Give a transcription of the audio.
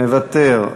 מוותר,